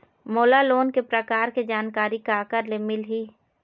मोला लोन के प्रकार के जानकारी काकर ले मिल ही?